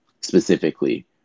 specifically